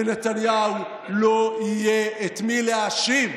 לנתניהו לא יהיה את מי להאשים.